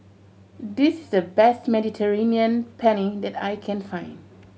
this is the best Mediterranean Penne that I can find